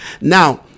Now